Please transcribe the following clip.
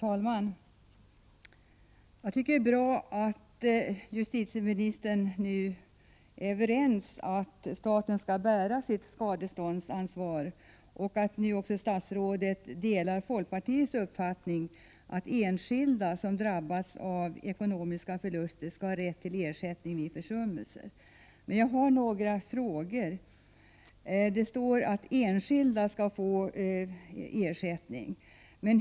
Herr talman! Det är bra att justitieministern nu är överens med oss om att staten skall bära sitt skadeståndsansvar och att hon nu också delar folkpartiets uppfattning att de enskilda som drabbas av ekonomisk förlust vid försummelse skall ha rätt till ersättning. Jag har dock några frågor. Statsrådet säger att enskilda skall få ersättning.